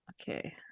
Okay